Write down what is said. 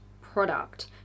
product